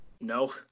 No